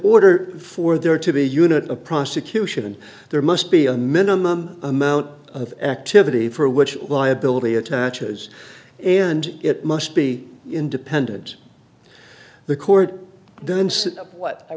order for there to be a unit a prosecution there must be a minimum amount of activity for which liability attaches and it must be independent the court